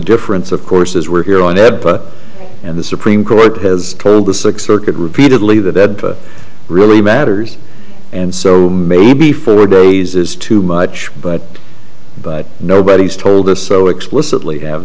difference of course is we're here on air but in the supreme court has turned the six circuit repeatedly the dead really matters and so maybe four days is too much but but nobody's told us so explicitly have